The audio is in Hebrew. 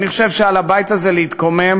אני חושב שעל הבית הזה להתקומם